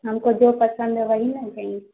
ہم کو جو پسند ہے وہی نا